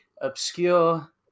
obscure